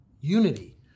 unity